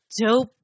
dope